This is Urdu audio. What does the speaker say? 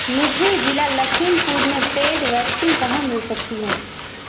مجھے ضلع لکھیم پور میں پیڈ ویکسین کہاں مل سکتی ہے